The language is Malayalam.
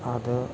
അത്